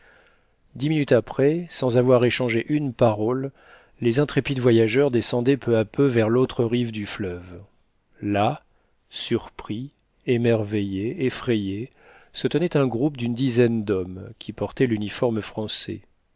dix minutes après sans avoir échangé une parole les intrépides voyageurs descendaient peu à peu vers l'autre rive du fleuve là surpris émerveillé effrayé se tenait un groupe d'une dizaine d'hommes qui portaient l'uniforme français